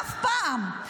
אף פעם,